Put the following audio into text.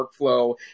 workflow